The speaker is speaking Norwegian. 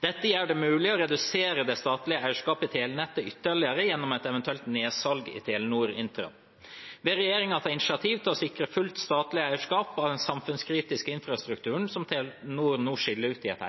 Dette gjør det mulig å redusere det statlige eierskapet i telenettet ytterligere gjennom et eventuelt nedsalg i Telenor Infra. Vil regjeringen ta initiativ til å sikre fullt statlig eierskap av den samfunnskritiske infrastrukturen som Telenor nå skiller ut i et